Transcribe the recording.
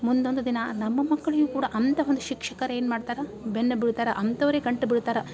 ಮುಂದೊಂದು ದಿನ ನಮ್ಮ ಮಕ್ಕಳಿಗೂ ಕೂಡ ಅಂಥ ಒಂದು ಶಿಕ್ಷಕರು ಏನು ಮಾಡ್ತಾರೆ ಬೆನ್ನು ಬೀಳ್ತಾರೆ ಅಂಥವರೇ ಗಂಟು ಬೀಳ್ತಾರೆ